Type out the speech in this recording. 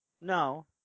No